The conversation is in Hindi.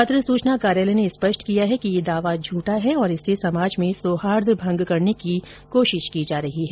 पत्र सुचना कार्यालय ने स्पष्ट किया है कि ये दावा झूठा है और इससे समाज में सौहार्द भंग करने की कोशिश की जा रही है